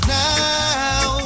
now